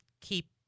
keep